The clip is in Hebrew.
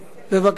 בבקשה.